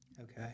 Okay